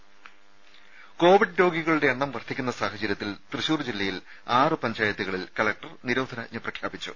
ദേഴ കോവിഡ് രോഗികളുടെ എണ്ണം വർദ്ധിക്കുന്ന സാഹചര്യത്തിൽ തൃശൂർ ജില്ലയിൽ ആറ് പഞ്ചായത്തുകളിൽ കലക്ടർ നിരോധനാജ്ഞ പ്രഖ്യാപിച്ചു